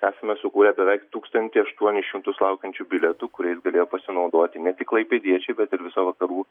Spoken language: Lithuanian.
esame sukūrę beveik tūkstantį aštuonis šimtus laukiančių bilietų kuriais galėjo pasinaudoti ne tik klaipėdiečiai bet ir viso vakarų